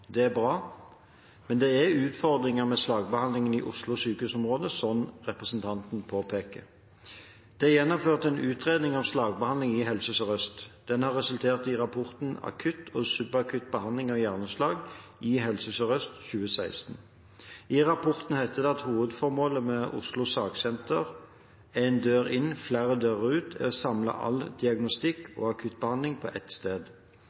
Det er bra, men det er utfordringer med slagbehandlingen i Oslo sykehusområde, slik representanten påpeker. Det er gjennomført en utredning om slagbehandling i Helse Sør-Øst. Den har resultert i rapporten Akutt og subakutt behandling av hjerneslag i Helse Sør-Øst, 2016. I rapporten heter det at hovedformålet med Oslo Slagsenter, «en dør inn, flere dører ut», er å samle all diagnostikk og akuttbehandling på ett sted.